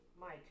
Mike